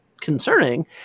concerning